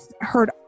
heard